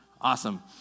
Awesome